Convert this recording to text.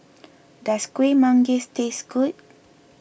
does Kuih Manggis tastes good